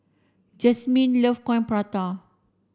Jasmyn love coin prata